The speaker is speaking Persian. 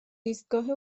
ایستگاه